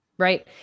right